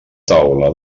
taula